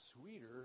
sweeter